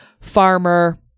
farmer